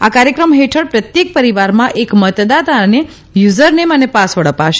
આ કાર્યક્રમ હેઠળ પ્રત્યેક પરીવારમાં એક મતદાતાને યુઝરનેમ અને પાસવર્ડ અપાશે